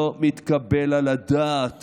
לא מתקבל על הדעת